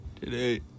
Today